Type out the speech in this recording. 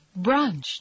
Brunch